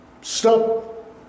stop